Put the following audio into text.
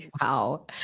Wow